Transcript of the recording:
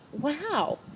wow